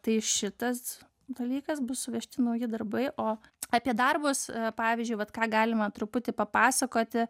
tai šitas dalykas bus suvežti nauji darbai o apie darbus pavyzdžiui vat ką galima truputį papasakoti